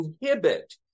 inhibit